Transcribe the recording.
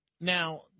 Now